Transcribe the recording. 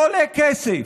לא עולה כסף,